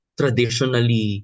traditionally